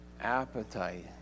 Appetite